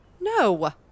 No